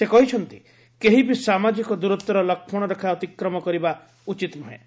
ସେ କହିଛନ୍ତି କେହି ବି ସାମାଜିକ ଦୂରତ୍ୱର ଲକ୍ଷ୍ମଣ ରେଖା ଅତିକ୍ରମ କରିବା ଉଚିତ ନୁହେଁ